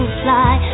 fly